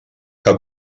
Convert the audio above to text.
que